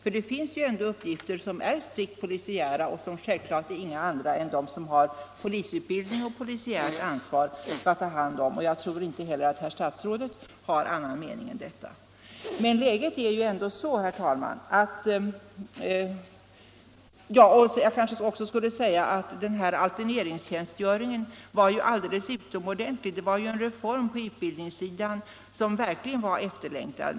De strikt polisiära uppgifterna får självfallet inga andra än de som har polisutbildning och polisiärt ansvar ta hand om. Jag tror inte heller att herr statsrådet har Nr 56 någon annan mening. Fredagen den Jag kanske också skulle nämna att alterneringstjänstgöringen var all 11 april 1975 deles utomordentlig. Det var en reform på utbildningssidan som verkligen I var efterlängtad.